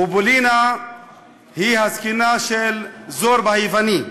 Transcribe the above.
בובולינה היא הזקנה של זורבה היווני.